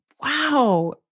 Wow